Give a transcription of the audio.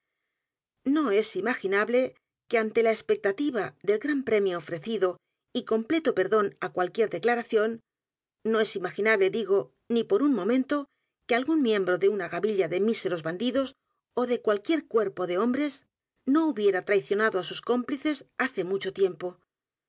no es imaginable que ante la espectativa del gran premio ofrecido y completo perdón á cualquier declaración no es imaginable digo ni por u n momento que algún miembro de u n a gavilla de míseros bandidos ó de cualquier cuerpo de hombres r edgar poe novelas y cuentos n o hubiera traicionado á sus cómplices hace mucho tiempo